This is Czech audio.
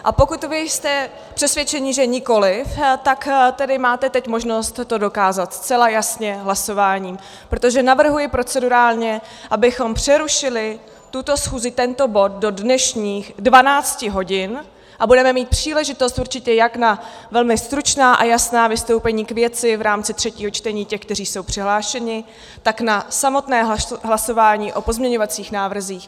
A pokud vy jste přesvědčeni, že nikoliv, tak tedy máte teď možnost to dokázat zcela jasně hlasováním, protože navrhuji procedurálně, abychom přerušili tuto schůzi, tento bod, do dnešních 12 hodin a budeme mít příležitost určitě jak na velmi stručná a jasná vystoupení k věci v rámci třetího čtení těch, kteří jsou přihlášeni, tak na samotné hlasování o pozměňovacích návrzích.